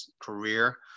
career